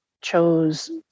chose